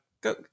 go